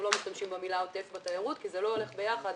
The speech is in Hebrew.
אנחנו לא משתמשים במילה עוטף בתיירות כי זה לא הולך ביחד,